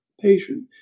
patient